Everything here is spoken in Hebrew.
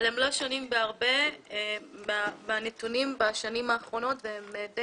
אבל הם לא שונים בהרבה מהנתונים בשנים האחרונות והם די